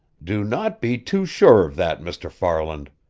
do not be too sure of that, mr. farland.